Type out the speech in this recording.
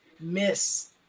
miss